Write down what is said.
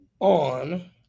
On